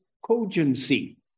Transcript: cogency